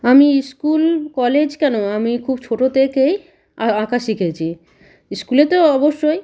আমি school college কেন আমি খুব ছোটো থেকেই আঁকা শিখেছি স্কুলে তো অবশ্যই